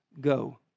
go